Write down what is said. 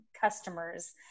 customers